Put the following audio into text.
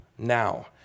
Now